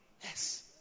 Yes